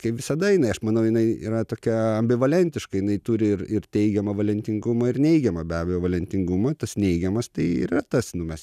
kaip visada jinai aš manau jinai yra tokia bivalenkiška jinai turi ir ir teigiamą valentingumą ir neigiamą be abejo valentingumui tas neigiamas tai yra tas nu mes